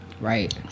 Right